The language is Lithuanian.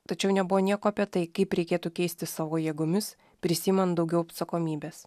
tačiau nebuvo nieko apie tai kaip reikėtų keisti savo jėgomis prisiimant daugiau atsakomybės